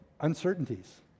uncertainties